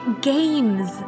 Games